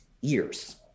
years